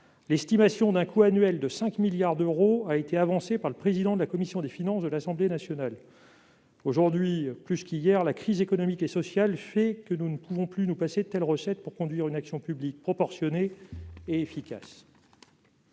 estimation à 5 milliards d'euros par an a été avancée par le président de la commission des finances de l'Assemblée nationale. Aujourd'hui plus qu'hier, compte tenu de la crise économique et sociale, nous ne pouvons plus nous passer de telles recettes pour conduire une action publique proportionnée et efficace.